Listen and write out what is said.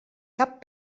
cap